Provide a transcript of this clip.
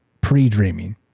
pre-dreaming